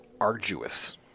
arduous